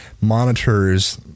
monitors